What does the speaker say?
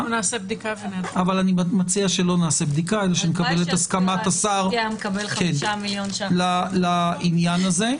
אני מציע שלא נעשה בדיקה אלא שנקבל את הסכמת השר לעניין הזה.